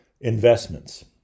investments